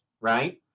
right